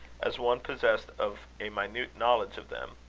as one possessed of a minute knowledge of them.